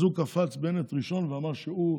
אז הוא קפץ, בנט, ראשון, ואמר שהוא,